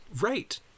right